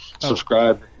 Subscribe